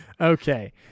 Okay